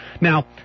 Now